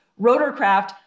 rotorcraft